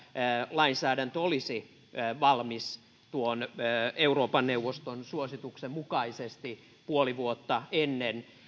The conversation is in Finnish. lainsäädäntö olisi valmis euroopan neuvoston suosituksen mukaisesti puoli vuotta ennen